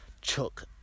chuck